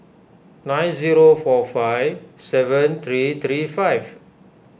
nine zero four five seven three three five